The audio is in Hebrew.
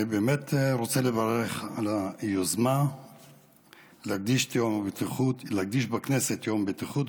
אני באמת רוצה לברך על היוזמה להקדיש בכנסת יום בטיחות בדרכים,